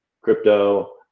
crypto